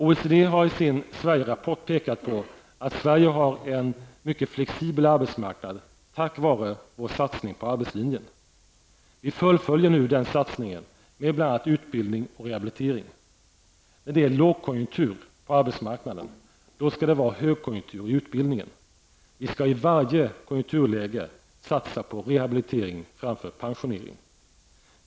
OECD har i sin Sverige-rapport pekat på att Sverige tack vare vår satsning på arbetslinjen har en mycket flexibel arbetsmarknad. Vi fullföljer nu satsningen på bl.a. utbildning och rehabilitering. När det är lågkonjunktur på arbetsmarknaden skall det vara högkonjunktur i utbildningen. Vi skall i varje konjunkturläge satsa på rehabilitering framför pensionering.